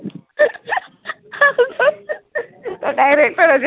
तो डायरेक्टराचें